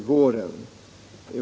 Måndagen den 12 december 1977